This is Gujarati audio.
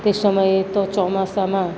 તે સમયે તો ચોમાસામાં